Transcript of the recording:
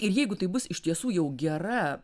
ir jeigu taip bus iš tiesų jau gera